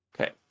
Okay